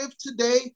today